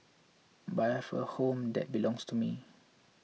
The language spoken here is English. but I have a home that belongs to me